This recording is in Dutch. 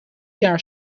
jaar